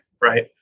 right